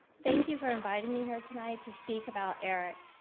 thank you for inviting me here tonight to speak about eric.